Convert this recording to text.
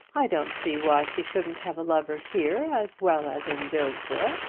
i don't see why she shouldn't have a lover here as well as in dillsborough.